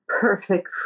perfect